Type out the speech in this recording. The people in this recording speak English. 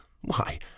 Why